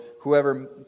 whoever